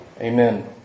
Amen